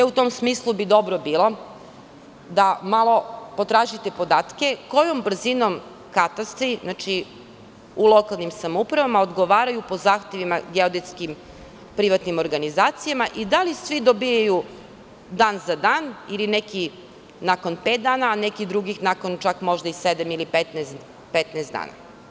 U tom smislu, dobro bi bilo da malo potražite podatke – kojom brzinom katastri u lokalnim samoupravama odgovaraju po zahtevima geodetskim privatnim organizacijama i da li svi dobijaju dan za dan ili neki za pet, sedam ili 15 dana?